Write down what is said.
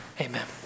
amen